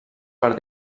per